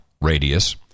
radius